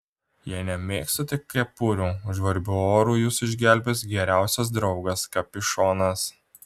jei nemėgstate kepurių žvarbiu oru jus išgelbės geriausias draugas kapišonas